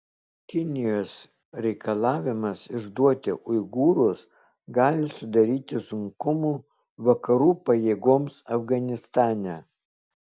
kinijos reikalavimas išduoti uigūrus gali sudaryti sunkumų vakarų pajėgoms afganistane